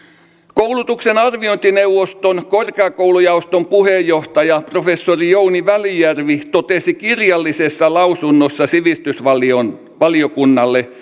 koulutuksen arviointineuvoston korkeakoulujaoston puheenjohtaja professori jouni välijärvi totesi kirjallisessa lausunnossaan sivistysvaliokunnalle